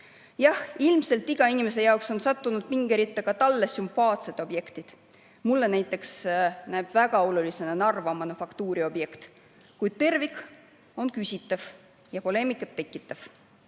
Jah, ilmselt on iga inimese arvates sattunud pingeritta ka talle sümpaatsed objektid. Mulle näiteks näib väga olulisena Narva "Manufaktuuri" objekt. Kuid tervik on küsitav ja poleemikat tekitav.